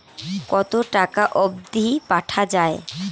কতো টাকা অবধি পাঠা য়ায়?